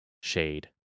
Shade